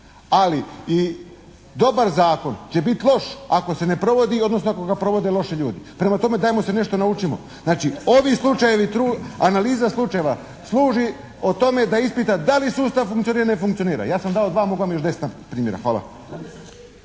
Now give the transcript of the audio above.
ali i dobar zakon će biti loš ako se ne provodi odnosno ako ga provode loši ljudi. Prema tome, dajmo se nešto naučimo. Znači, ovi slučajevi tu, analiza slučajeva služi o tome da ispita da li sustav funkcionira ili ne funkcionira. Ja sam dao dva a mogao bih dati još deset takvih primjera. Hvala.